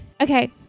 okay